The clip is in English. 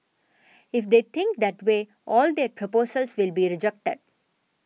if they think that way all their proposals will be rejected